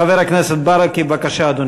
חבר הכנסת ברכה, בבקשה, אדוני.